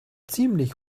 ziemlich